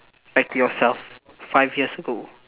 back to yourself five years ago